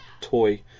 toy